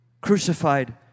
Crucified